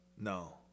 No